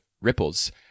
ripples